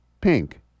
pink